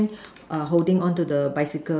err holding on to the bicycle